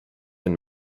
and